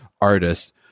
artist